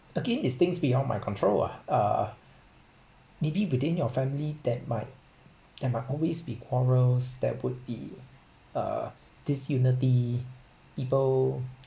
again it's things beyond my control lah uh maybe within your family that might that might always be quarrels that would be uh disunity people